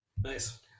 Nice